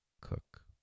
cook